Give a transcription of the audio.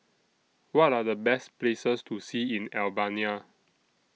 What Are The Best Places to See in Albania